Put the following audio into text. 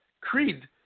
creed